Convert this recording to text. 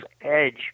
edge